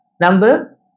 Number